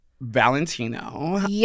Valentino